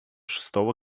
шестого